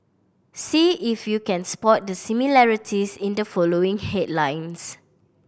see if you can spot the similarities in the following headlines